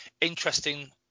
interesting